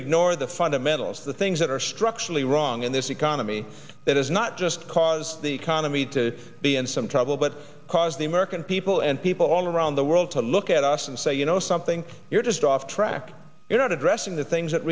ignore the fundamentals the things that are structurally wrong in this economy that is not just cause the economy to be in some trouble but because the american people and people all around the world to look at us and say you know something you're just off track you're not addressing the things that